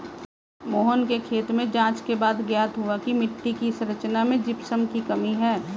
मोहन के खेत में जांच के बाद ज्ञात हुआ की मिट्टी की संरचना में जिप्सम की कमी है